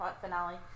finale